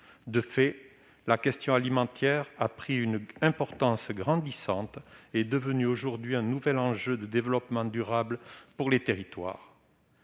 De fait, la question alimentaire a pris une importance grandissante et elle est devenue aujourd'hui un nouvel enjeu de développement durable pour les territoires.